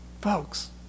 folks